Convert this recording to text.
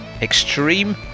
extreme